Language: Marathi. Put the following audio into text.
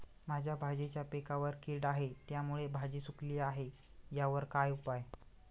माझ्या भाजीच्या पिकावर कीड आहे त्यामुळे भाजी सुकली आहे यावर काय उपाय?